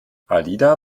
alida